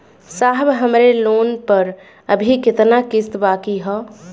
साहब हमरे लोन पर अभी कितना किस्त बाकी ह?